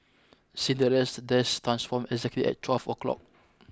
Cinderella's dress transformed exactly at twelve o'clock